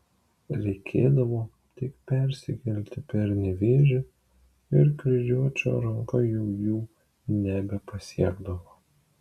reikėdavo tik persikelti per nevėžį ir kryžiuočio ranka jau jų nebepasiekdavo